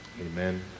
amen